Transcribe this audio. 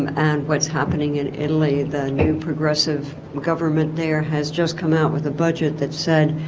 um and what's happening in italy the new progressive government there has just come out with a budget that said